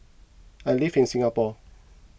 I live in Singapore